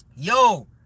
Yo